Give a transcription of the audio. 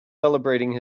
celebrating